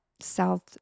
South